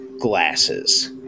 glasses